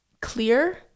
clear